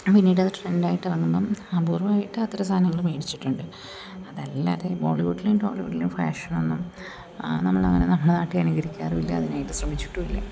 പിന്നീടത് ട്രെൻഡായിട്ട് ഇറങ്ങുമ്പം അപൂർവമായിട്ട് അത്തരം സാധനങ്ങൾ മേടിച്ചിട്ടുണ്ട് അതല്ലാതെ ബോളിവുഡിലേം ടോളിവുഡിലേം ഫാഷനൊന്നും നമ്മൾ അങ്ങനെ നമ്മളുടെ നാട്ടിൽ അനുകരിക്കാറില്ല അതിനായിട്ട് ശ്രമിച്ചിട്ടുമില്ല